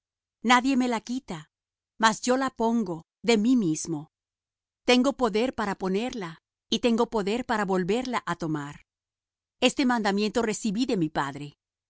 nadie me la quita mas yo la pongo de mí mismo tengo poder para ponerla y tengo poder para volverla á tomar este mandamiento recibí de mi padre